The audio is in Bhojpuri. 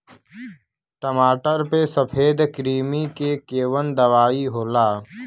टमाटर पे सफेद क्रीमी के कवन दवा होला?